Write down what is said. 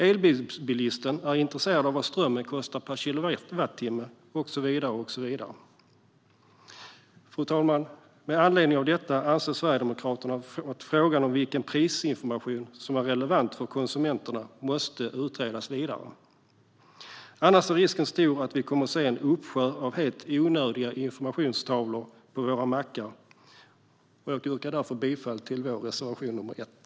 Elbilsbilisten är intresserad av vad strömmen kostar per kilowattimme, och så vidare. Fru talman! Med anledning av detta anser Sverigedemokraterna att frågan om vilken prisinformation som är relevant för konsumenterna måste utredas vidare. Annars är risken stor att vi kommer att se en uppsjö av helt onödiga informationstavlor på våra mackar. Jag yrkar därför bifall till vår reservation nr 1.